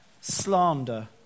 slander